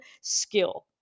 skill